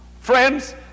Friends